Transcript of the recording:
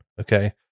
okay